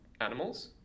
animals